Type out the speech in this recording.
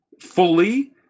fully